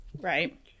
Right